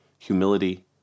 humility